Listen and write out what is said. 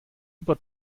über